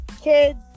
kids